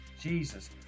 Jesus